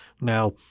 Now